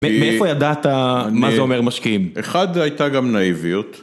מאיפה ידעת מה זה אומר משקיעים? אחד הייתה גם נאיביות.